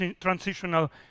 transitional